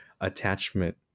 attachment